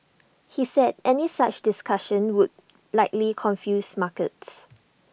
he said any such discussions would likely confuse markets